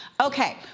Okay